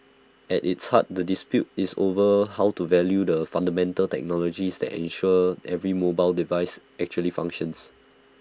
at its heart the dispute is over how to value the fundamental technology that ensure every mobile device actually functions